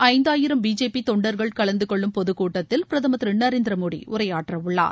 ஐந்தாயிரம் பிஜேபிதொண்டர்கள் கலந்தகொள்ளும் பொதுக்கூட்டத்திலும் பிரதமர் சுமார் திருநரேந்திரமோடிஉரையாற்றவுள்ளார்